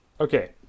Okay